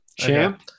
Champ